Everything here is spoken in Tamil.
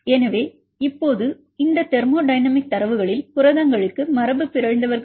எனவே இப்போது இந்த தெர்மோடைனமிக் தரவுகளில் புரதங்களுக்கு மரபுபிறழ்ந்தவர்கள்